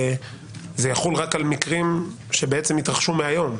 זה יחול רק על מקרים שהתרחשו מהיום.